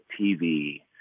TV